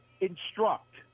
instruct